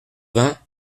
vingt